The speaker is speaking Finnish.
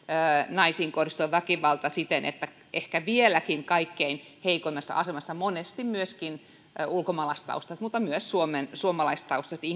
naisiin kohdistuva väkivalta siten että heikennetään edellytyksiä antaa palveluita turvakotimuodossa ehkä vielä kaikkein heikoimmassa asemassa oleville monesti ulkomaalaistaustaisille mutta myöskin suomalaistaustaisille